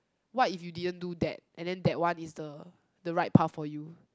what if you didn't do that and then that one is the the right path for you